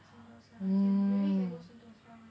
sentosa you can maybe can go sentosa